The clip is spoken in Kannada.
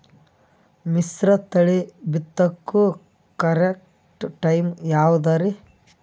ಮಿಶ್ರತಳಿ ಬಿತ್ತಕು ಕರೆಕ್ಟ್ ಟೈಮ್ ಯಾವುದರಿ?